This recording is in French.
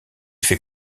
fait